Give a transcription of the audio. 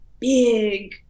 Big